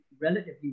relatively